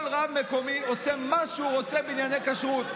כל רב מקומי עושה מה שהוא רוצה בענייני כשרות.